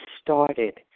started